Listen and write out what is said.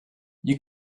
you